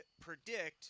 predict